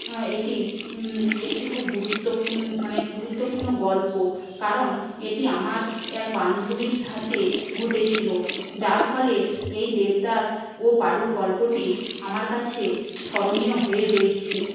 এটি একটি খুব গুরুত্বপূন মানে গুরুত্বপূর্ণ গল্প কারণ এটি আমার এক বান্ধবীর সাথে ঘটেছিল যার ফলে এই দেবদাস ও পারোর গল্পটি আমার কাছে স্মরণীয় হয়ে রয়েছে